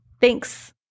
Thanks